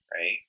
Right